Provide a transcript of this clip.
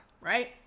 right